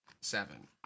seven